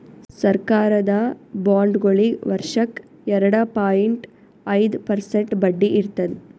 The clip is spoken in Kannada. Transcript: ಸರಕಾರದ ಬಾಂಡ್ಗೊಳಿಗ್ ವರ್ಷಕ್ಕ್ ಎರಡ ಪಾಯಿಂಟ್ ಐದ್ ಪರ್ಸೆಂಟ್ ಬಡ್ಡಿ ಇರ್ತದ್